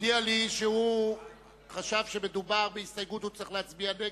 הודיע לי שהוא חשב שמדובר בהסתייגות והוא צריך להצביע נגד,